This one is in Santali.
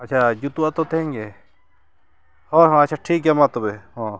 ᱟᱪᱪᱷᱟ ᱡᱩᱛᱩᱜ ᱟᱛᱳ ᱛᱮᱦᱮᱧ ᱜᱮ ᱦᱳᱭ ᱦᱳᱭ ᱟᱪᱪᱷᱟ ᱴᱷᱤᱠ ᱜᱮᱭᱟ ᱢᱟ ᱛᱚᱵᱮ ᱦᱚᱸ